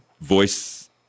voice